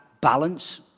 balance